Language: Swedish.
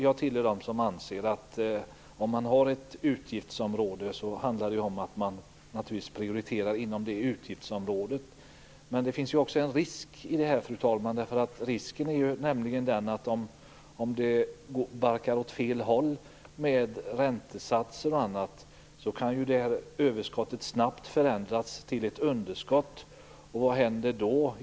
Jag tillhör dem som anser att man naturligtvis prioriterar inom det utgiftsområde man har. Men det finns också en risk i detta. Om det barkar åt fel håll med räntesatser och annat kan överskottet snabbt förändras till ett underskott, och vad händer då?